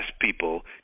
people